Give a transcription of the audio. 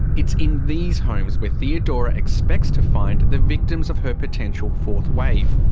it's in these homes where theodora expects to find the victims of her potential fourth wave.